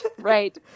right